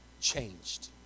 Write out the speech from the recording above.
changed